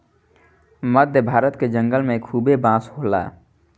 मध्य भारत के जंगल में खूबे बांस होला